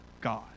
God